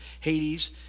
Hades